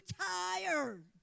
tired